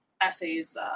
essays